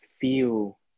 feel